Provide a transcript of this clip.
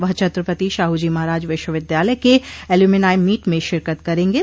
वह छत्रपति शाहूजी महाराज विश्वविद्यालय के एल्यूमिनाई मीट में शिरकत करेंगे